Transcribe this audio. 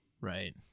Right